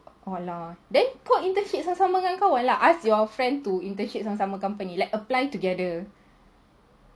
then kau internship sama-sama dengan kawan lah ask your friend to internship like sama-sama company like apply together